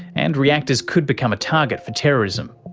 and reactors could become a target for terrorism.